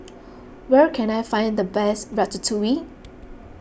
where can I find the best Ratatouille